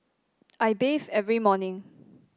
I bathe every morning